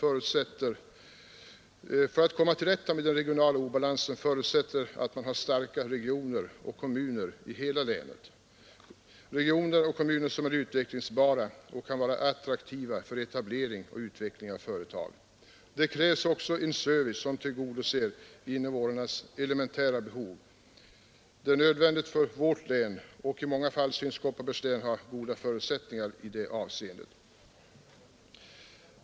ör att komma till rätta med den regionala obalansen förutsättes starka regioner och kommuner i hela länet, regioner och kommuner som är utvecklingsbara och kan vara attraktiva för etablering och utveckling av företag. Det krävs också en service som tillgodoser invånarnas elementära behov, och Kopparbergs län synes ha goda förutsättningar i det avseendet.